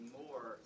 more